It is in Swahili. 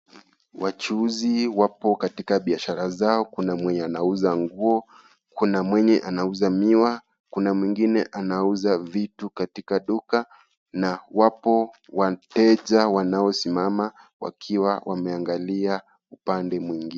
Wachuuzi wapo katika biashara zao kuna mwenye anauza nguo, kuna mwenye anauza miwa kuna mwingine anauza vitu katika duka na wapo wateja wanaosimama wakiwa wameangalia upande mwingine.